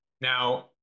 now